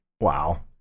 Wow